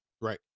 right